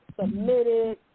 submitted